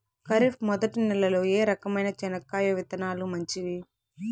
ఖరీఫ్ మొదటి నెల లో ఏ రకమైన చెనక్కాయ విత్తనాలు మంచివి